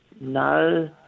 No